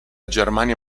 germania